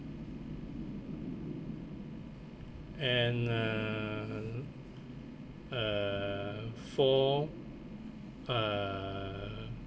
and uh uh four uh